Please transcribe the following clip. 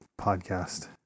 podcast